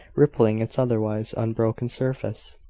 rippling its otherwise unbroken surface.